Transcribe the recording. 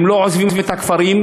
הם לא עוזבים את הכפרים,